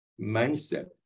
mindset